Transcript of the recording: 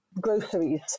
groceries